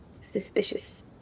Suspicious